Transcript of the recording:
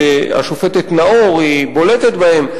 השופטת נאור היא בולטת בהם,